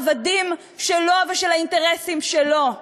העבדים שלו ושל האינטרסים שלו.